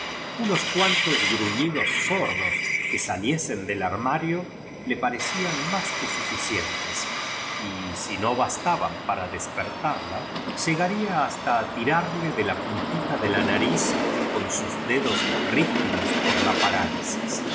uno cuanto gruñidos sordos que salie sen del armario lo parecían más qw cientos y si no bastaban para cíes portarla llegaría hasta tirarla de ib p un tita de ia norv con sus dedos rígidos por u parálisis a